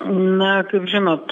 na kaip žinot